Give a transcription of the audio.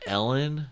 Ellen